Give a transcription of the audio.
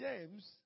James